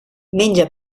menja